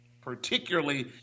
particularly